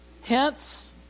Hence